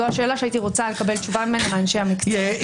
זו השאלה שהייתי רוצה לקבל תשובה עליה מאנשי המקצוע.